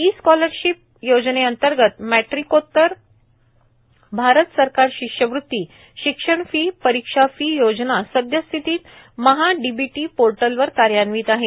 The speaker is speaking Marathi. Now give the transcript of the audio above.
ई स्कॉलरशिप योजनेंतर्गत मॅट्रीकोत्तर भारत सरकार शिष्यवृत्ती शिक्षण फी परीक्षा फी योजना सद्यस्थितीत महाडीबीटी पोर्टलवर कार्यान्वित आहे